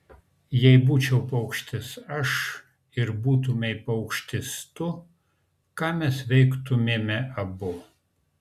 jei būčiau paukštis aš ir būtumei paukštis tu ką mes veiktumėme abu